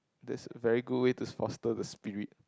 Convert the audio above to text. that's a very good way to foster the spirit